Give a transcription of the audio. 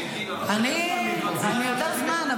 אני יותר זמן,